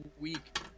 week